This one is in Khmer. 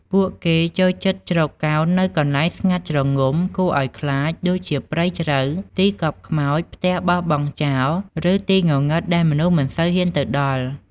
ពួកគេចូលចិត្តជ្រកកោននៅកន្លែងស្ងាត់ជ្រងំ គួរឱ្យខ្លាច ដូចជាព្រៃជ្រៅ ទីកប់ខ្មោច ផ្ទះបោះបង់ចោល ឬទីងងឹតដែលមនុស្សមិនសូវហ៊ានទៅដល់ ។